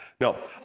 No